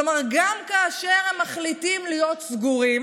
כלומר, גם כאשר הם מחליטים להיות סגורים